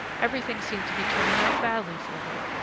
everything seemed to be turning out badly for him,